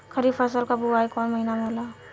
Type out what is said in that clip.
खरीफ फसल क बुवाई कौन महीना में होला?